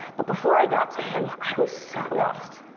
but before i got to him, i was so lost.